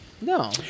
No